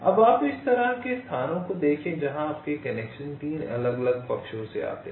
अब आप इस तरह के स्थानों को देखें जहां आपके कनेक्शन 3 अलग अलग पक्षों से आते हैं